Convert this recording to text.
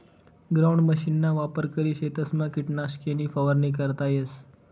ground मशीनना वापर करी शेतसमा किटकनाशके नी फवारणी करता येस